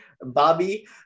Bobby